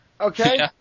okay